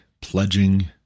pledging